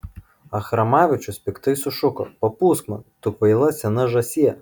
achramavičius piktai sušuko papūsk man tu kvaila sena žąsie